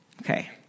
Okay